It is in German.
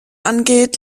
angeht